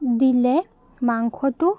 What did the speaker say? দিলে মাংসটো